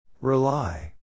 Rely